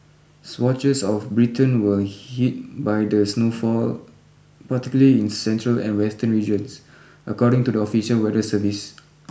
swatches of Britain were hit by the snowfall particularly in central and western regions according to the official weather service